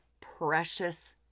precious